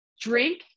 drink